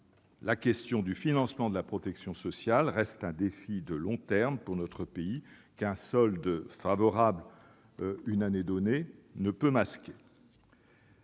la question du financement de la protection sociale reste un défi de long terme pour notre pays qu'un solde favorable une année donnée ne saurait masquer.